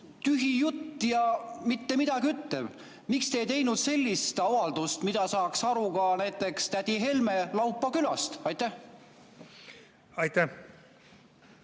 tühi jutt ja mittemidagiütlev. Miks te ei teinud sellist avaldust, millest saaks aru ka näiteks tädi Helme Laupa külast? Aitäh,